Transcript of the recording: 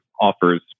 offers